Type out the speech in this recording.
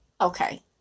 Okay